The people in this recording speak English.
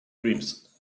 dreams